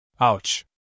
Ouch